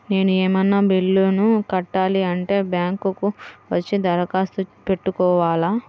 నేను ఏమన్నా బిల్లును కట్టాలి అంటే బ్యాంకు కు వచ్చి దరఖాస్తు పెట్టుకోవాలా?